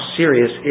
serious